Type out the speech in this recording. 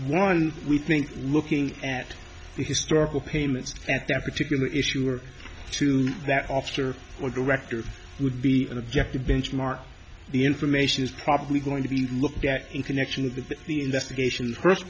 one we think looking at the historical payments that that particular issue or that officer or director would be an objective benchmark the information is probably going to be looked at in connection with the investigation first